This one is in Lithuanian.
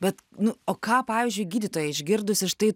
bet nu o ką pavyzdžiui gydytoja išgirdusi štai